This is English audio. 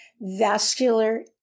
vascular